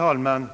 Herr talman!